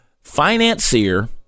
financier